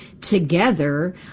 together